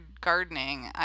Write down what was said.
gardening